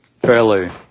fairly